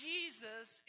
Jesus